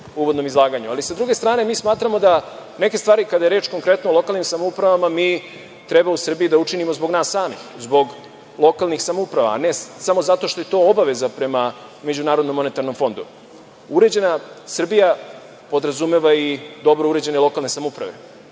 uvodnom izlaganju, ali sa druge strane mi smatramo da neke stvari kada je reč konkretno o lokalnim samoupravama mi treba u Srbiji da učinimo zbog nas samih, zbog lokalnih samouprava, a ne samo zato što je to obaveza prema MMF.Uređena Srbija podrazumeva i dobro urađene lokalne samouprave.